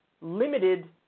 limited